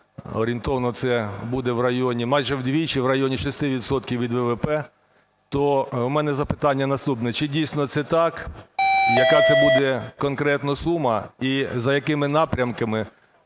Орієнтовно це буде майже вдвічі, в районі 6 відсотків від ВВП. То у мене запитання наступне. Чи дійсно це так? Яка це буде конкретно сума? І за якими напрямками